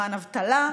בזמן אבטלה,